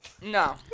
No